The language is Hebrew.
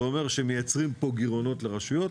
וזה אומר שמייצרים פה גירעונות לרשויות,